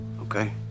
Okay